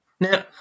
Now